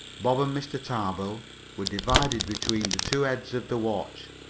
bob and mr tarbill were divided between the two heads of the watch,